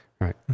right